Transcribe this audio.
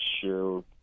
sure